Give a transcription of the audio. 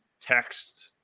text